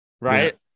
right